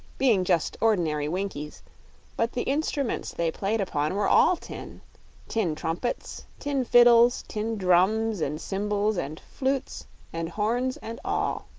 being just ordinary winkies but the instruments they played upon were all tin tin trumpets, tin fiddles, tin drums and cymbals and flutes and horns and all.